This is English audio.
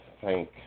thank